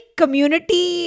community